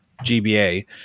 gba